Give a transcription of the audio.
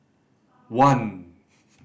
one